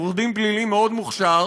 עורך דין פלילי מאוד מוכשר,